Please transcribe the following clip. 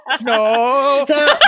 No